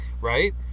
right